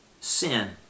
sin